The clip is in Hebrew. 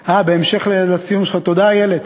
בהמשך לסיום שלך, תודה, איילת.